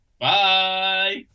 Bye